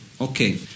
Okay